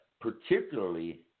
particularly